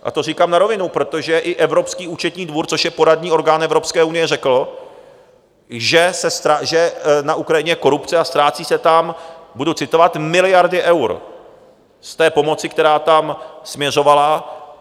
A to říkám na rovinu, protože i Evropský účetní dvůr, což je poradní orgán Evropské unie, řekl, že na Ukrajině je korupce a ztrácí se tam budu citovat miliardy eur z té pomoci, která tam směřovala.